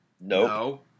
no